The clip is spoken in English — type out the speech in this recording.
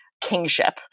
kingship